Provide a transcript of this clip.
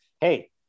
hey